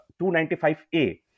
295a